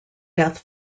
death